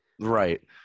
right